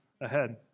ahead